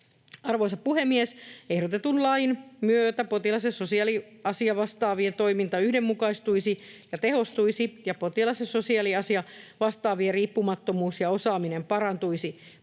Arvoisa puhemies! Ehdotetun lain myötä potilas- ja sosiaaliasiavastaavien toiminta yhdenmukaistuisi ja tehostuisi ja potilas- ja sosiaaliasiavastaavien riippumattomuus ja osaaminen parantuisivat.